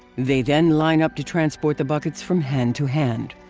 they then line up to transport the buckets from hand to hand.